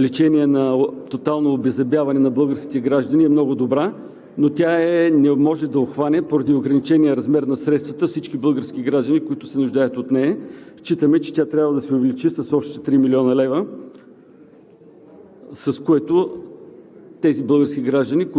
лечение на тотално обеззъбяване на българските граждани е много добра, но тя не може да обхване поради ограничения размер на средствата всички български граждани, които се нуждаят от нея. Считаме, че тя трябва да се увеличи с още 3 млн. лв.,